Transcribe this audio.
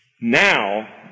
Now